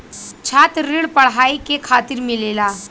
छात्र ऋण पढ़ाई के खातिर मिलेला